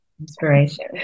Inspiration